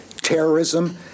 terrorism